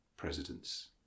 presidents